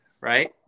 right